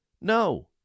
No